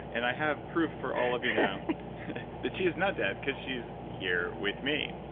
and i have proof for all of you now that she is not dead, because she's here with me.